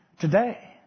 today